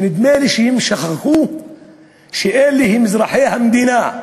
שנדמה לי ששכחו שהם אזרחי המדינה.